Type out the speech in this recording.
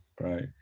Right